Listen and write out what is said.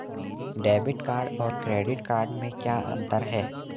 Debit card और credit card में क्या अंतर है?